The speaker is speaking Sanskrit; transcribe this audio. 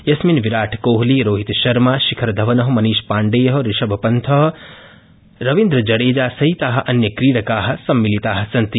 यस्मिन् विराटकोहली रोहितशर्मा शिखरधवन मनीषपाण्डेय ऋषभपन्त रवीन्द्रजडेजा सहिता अन्यक्रीडका सम्मिलिता सन्ति